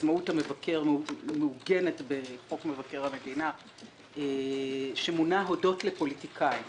עצמאות המבקר מעוגנת בחוק מבקר המדינה שממונה הודות לפוליטיקאים.